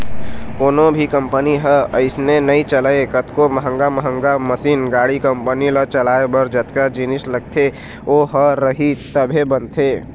कोनो भी कंपनी ह तो अइसने नइ चलय कतको महंगा महंगा मसीन, गाड़ी, कंपनी ल चलाए बर जतका जिनिस लगथे ओ ह रही तभे बनथे